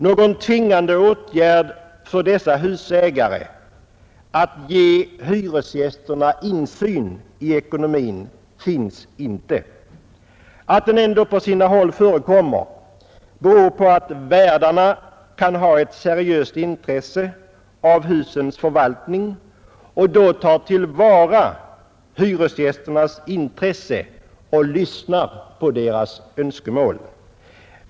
Någon tvingande åtgärd för dessa husägare att ge hyresgästerna insyn i ekonomin finns inte. Att en sådan ändå förekommer på sina håll beror på att husvärdarna har ett seriöst intresse av husens förvaltning och därför tar till vara hyresgästernas intressen och lyssnar på deras önskemål.